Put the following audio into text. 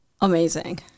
amazing